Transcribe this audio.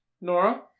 Nora